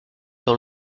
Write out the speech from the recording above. dans